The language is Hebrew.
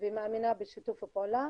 ומאמינה בשיתוף פעולה.